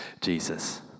Jesus